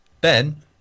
Ben